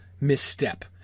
misstep